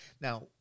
Now